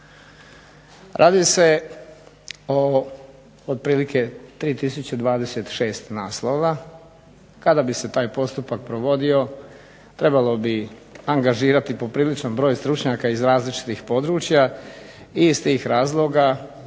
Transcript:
Radi se o otprilike 3026 naslova, kada bi se taj postupak provodio trebalo bi angažirati popriličan broj stručnjaka iz različitih područja i iz tih razloga